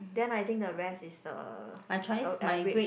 then I think the rest is the the average